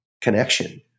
connection